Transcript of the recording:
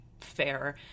fair